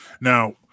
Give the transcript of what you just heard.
Now